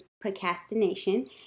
procrastination